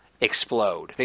explode